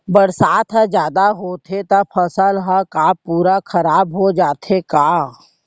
बरसात ह जादा होथे त फसल ह का पूरा खराब हो जाथे का?